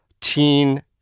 teen